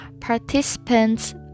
participants